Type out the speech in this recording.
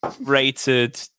rated